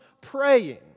praying